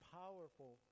powerful